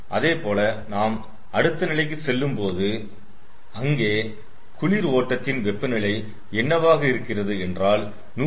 அதேபோல நாம் அடுத்த நிலைக்கு செல்லும்போது அங்கே குளிர் ஓட்டத்தின் வெப்பநிலை என்னவாக இருக்கிறது என்றால்100oC